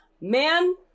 Man